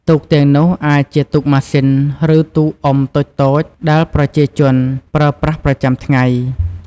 ទូកទាំងនោះអាចជាទូកម៉ាស៊ីនឬទូកអុំតូចៗដែលប្រជាជនប្រើប្រាស់ប្រចាំថ្ងៃ។